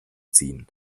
ziehen